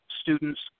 students